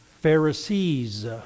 Pharisees